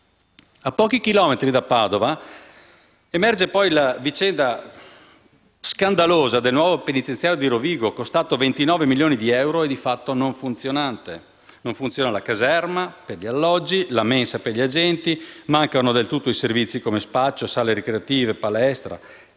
A pochi chilometri da Padova, emerge poi la vicenda scandalosa del nuovo penitenziario di Rovigo, costato 29 milioni di euro e di fatto non funzionante. Non funzionano la caserma, gli alloggi, la mensa per gli agenti, mancano del tutto i servizi come spaccio, sale ricreative e palestra